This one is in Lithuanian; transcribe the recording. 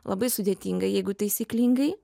labai sudėtinga jeigu taisyklingai